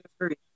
agree